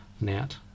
net